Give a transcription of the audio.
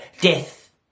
Death